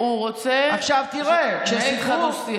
עכשיו, תראה, כשסיפרו,